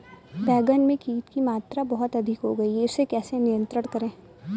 बैगन में कीट की मात्रा बहुत अधिक हो गई है इसे नियंत्रण कैसे करें?